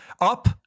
up